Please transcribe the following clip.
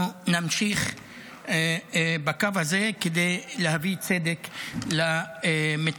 אנחנו נמשיך בקו הזה כדי להביא צדק למתמחים.